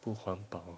不环保